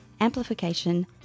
amplification